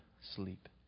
sleep